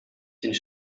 sind